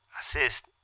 assist